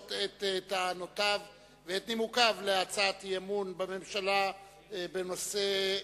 את טענותיו ואת נימוקיו להצעת אי-אמון בממשלה בנושא: